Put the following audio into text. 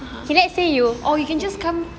or you can just come